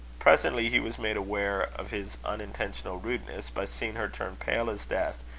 presently he was made aware of his unintentional rudeness, by seeing her turn pale as death,